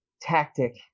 tactic